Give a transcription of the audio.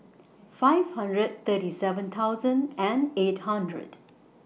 five hundred thirty seven thousand and eight hundred